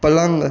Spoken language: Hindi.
पलंग